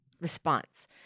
response